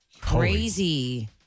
Crazy